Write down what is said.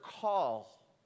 call